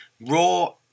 raw